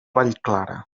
vallclara